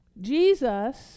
Jesus